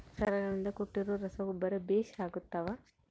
ಸರ್ಕಾರಗಳಿಂದ ಕೊಟ್ಟಿರೊ ರಸಗೊಬ್ಬರ ಬೇಷ್ ಇರುತ್ತವಾ?